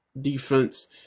defense